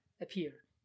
appear